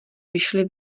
vyšly